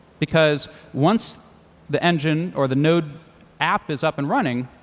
because once the engine or the node app is up and running,